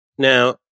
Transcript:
Now